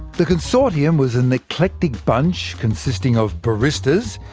the consortium was an eclectic bunch consisting of baristas,